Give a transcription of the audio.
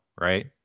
Right